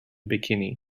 bikini